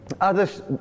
Others